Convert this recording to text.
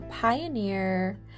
pioneer